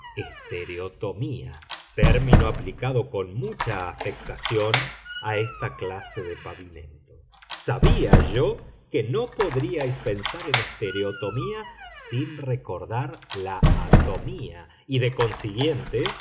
palabra estereotomía término aplicado con mucha afectación a esta clase de pavimento sabía yo que no podríais pensar en estereotomía sin recordar la atomía y de consiguiente